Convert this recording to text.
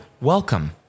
welcome